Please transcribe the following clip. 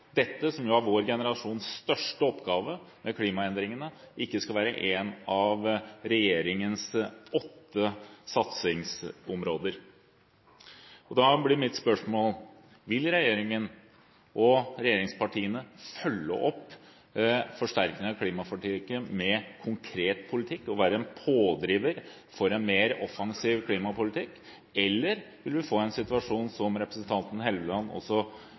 dette med klimaendringene, som er vår generasjons største oppgave, ikke skal være en av regjeringens åtte satsingsområder. Da blir mitt spørsmål: Vil regjeringen og regjeringspartiene følge opp forsterkning av klimaforliket med konkret politikk og være pådriver for en mer offensiv klimapolitikk, eller vil vi få den situasjon, som representanten Helleland også